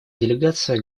делегация